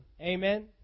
Amen